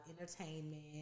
entertainment